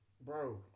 Bro